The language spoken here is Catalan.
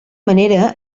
manera